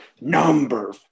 Number